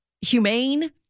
humane